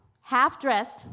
half-dressed